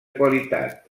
qualitat